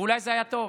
ואולי זה היה טוב.